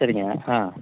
சரிங்க ஆ